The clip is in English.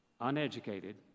Uneducated